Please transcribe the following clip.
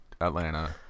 Atlanta